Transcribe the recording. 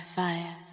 fire